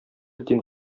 дин